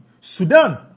Sudan